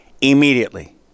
immediately